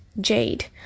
Jade